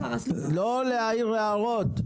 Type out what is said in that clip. לא להעיר הערות.